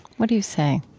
what do you say?